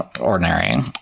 ordinary